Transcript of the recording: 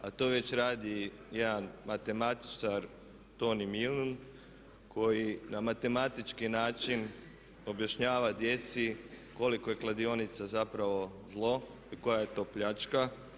A to već radi jedan matematičar Toni Milun koji na matematički način objašnjava djeci koliko je kladionica zapravo zlo i koja je to pljačka.